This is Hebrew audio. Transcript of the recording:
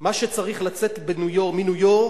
מה שצריך לצאת מניו-יורק